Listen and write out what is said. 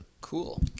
Cool